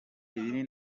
ibi